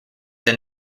than